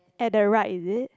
at the right is it